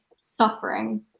suffering